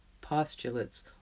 postulates